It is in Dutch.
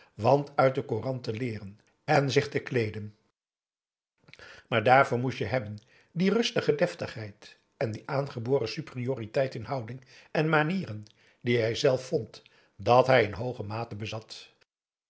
wat uit den koran te leeren en zich te kleeden maar daarvoor moest je hebben die rustige deftigheid en die aangeboren superioriteit in houding en manieren die hijzelf vond dat hij in hooge mate bezat